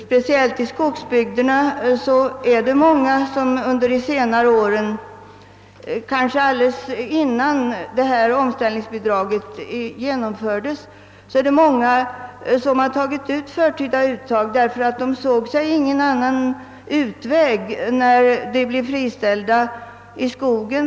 Speciellt i skogsbygderna är det många som under senare år — kanske alldeles innan omställningsbidraget infördes — gjort förtida uttag därför att de inte såg någon annan utväg när de blev friställda i skogen.